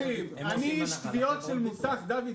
דוד,